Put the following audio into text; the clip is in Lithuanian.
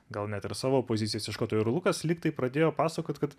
gal net ir savo pozicijos ieškotojo ir lukas lygtai pradėjo pasakot kad